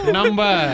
Number